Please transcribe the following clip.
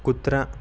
कुत्रा